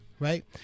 Right